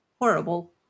horrible